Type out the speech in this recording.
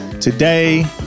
today